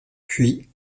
puis